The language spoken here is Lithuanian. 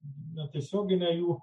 na tiesioginė jų